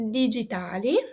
digitali